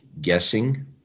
guessing